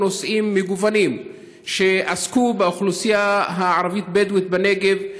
נושאים מגוונים שעסקו באוכלוסייה הערבית-בדואית בנגב,